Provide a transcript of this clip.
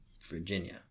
Virginia